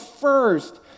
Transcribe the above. first